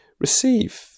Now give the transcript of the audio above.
receive